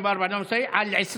42 בעד, 50 נגד, שלושה נמנעים.